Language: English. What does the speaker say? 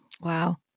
Wow